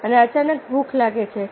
અને અચાનક ભૂખ લાગે છે